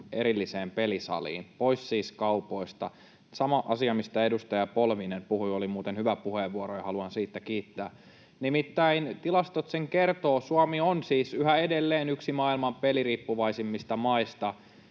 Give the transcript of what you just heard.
erilliseen pelisaliin, siis pois kaupoista — sama asia, mistä edustaja Polvinen puhui. Oli muuten hyvä puheenvuoro, ja haluan siitä kiittää. Nimittäin tilastot sen kertovat: Suomi on siis yhä edelleen yksi maailman peliriippuvaisimmista maista,